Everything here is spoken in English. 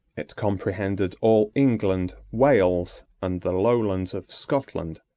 it comprehended all england, wales, and the lowlands of scotland,